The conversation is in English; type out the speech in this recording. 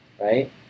right